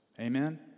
Amen